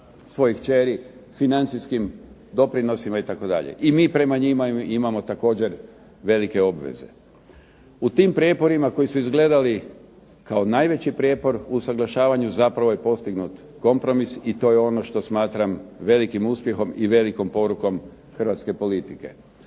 svojih kćeri, financijskim doprinosima itd. i mi prema njima imamo također velike obveze. U tim prijeporima koji su izgledali kao najveći prijepor u usuglašavanju zapravo je postignut kompromis i to je ono što smatram velikim uspjehom i velikom porukom hrvatske politike.